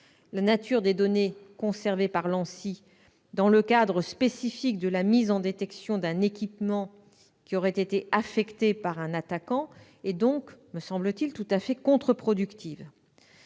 la nature des données conservées par l'ANSSI dans le cadre spécifique de la mise en détection d'un équipement qui aurait été infecté par un attaquant me paraît tout à fait contre-productif.